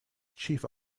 chief